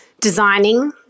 designing